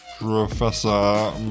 Professor